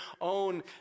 own